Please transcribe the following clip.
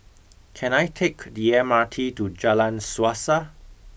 can I take the M R T to Jalan Suasa